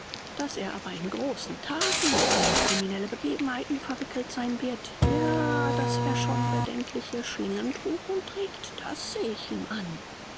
daß er aber in große thaten in criminelle begebenheiten verwickelt sein wird ja daß er schon bedenkliche schlingen trug und trägt das seh ich ihm an